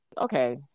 Okay